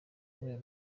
kubera